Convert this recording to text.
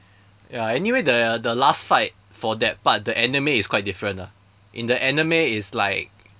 ya anyway the the last fight for that part the anime is quite different ah in the anime it's like